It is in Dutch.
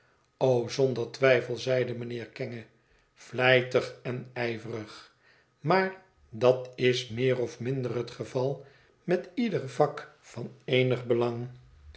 zonder twijfel zeide mijnheer kenge vlijtig en ijverig maar dat is meer of minder het geval met ieder vak van eenig belang